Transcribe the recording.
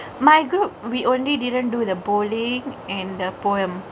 my group we only didn't do the bullyingk in the poem